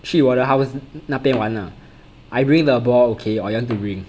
去我的 house 那边玩 lah I bring the ball okay or you want to bring